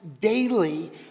daily